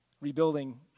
rebuilding